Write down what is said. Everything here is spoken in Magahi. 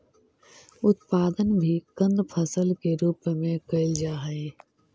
उत्पादन भी कंद फसल के रूप में कैल जा हइ